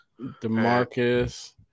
Demarcus